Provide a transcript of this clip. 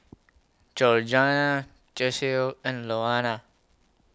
Georganna and Louanna